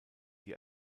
die